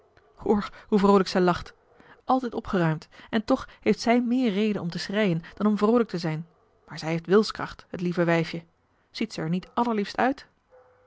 hoe vroolijk zij lacht altijd opgeruimd en toch heeft zij meer reden om te schreien dan om vroolijk te zijn maar zij heeft wilskracht het lieve wijfje ziet zij er niet allerliefst uit